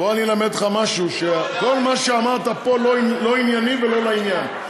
בוא אני אלמד אותך משהו: כל מה שאמרת פה לא ענייני ולא לעניין.